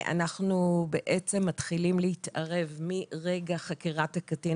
אנחנו בעצם מתחילים להתערב מרגע חקירת הקטין